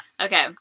Okay